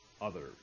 others